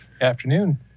Afternoon